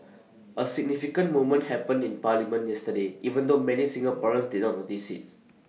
A significant moment happened in parliament yesterday even though many Singaporeans did not notice IT